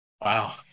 wow